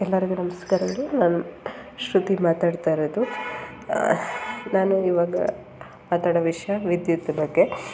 ಎಲ್ಲರಿಗೂ ನಮಸ್ಕಾರ ರೀ ನಾನು ಶ್ರುತಿ ಮಾತಾಡ್ತಾ ಇರೋದು ನಾನು ಇವಾಗ ಮಾತಾಡೋ ವಿಷಯ ವಿದ್ಯುತ್ ಬಗ್ಗೆ